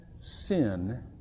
sin